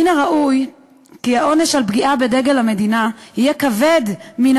מן הראוי כי העונש על פגיעה בדגל המדינה יהיה כבד מן